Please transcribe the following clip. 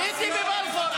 הייתי בבלפור.